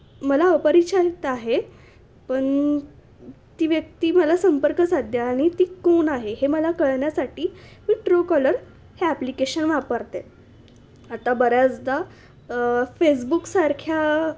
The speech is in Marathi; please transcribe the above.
मला अपरिचित आहे पण ती व्यक्ती मला संपर्क साध्य आणि ती कोण आहे हे मला कळण्यासाठी मी ट्रूकॉलर हे ॲप्लिकेशन वापरते आता बऱ्याचदा फेसबुकसारख्या